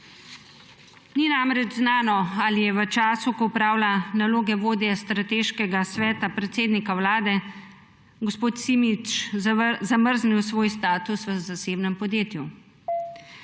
Ni namreč znano, ali je v času, ko opravlja naloge vodje strateškega sveta predsednika Vlade, gospod Simič zamrznil svoj status v zasebnem podjetju.